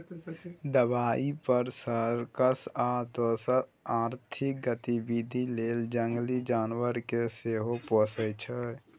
दबाइ, फर, सर्कस आ दोसर आर्थिक गतिबिधि लेल जंगली जानबर केँ सेहो पोसय छै